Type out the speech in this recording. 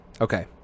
Okay